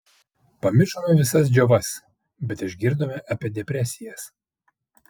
pamiršome visas džiovas bet išgirdome apie depresijas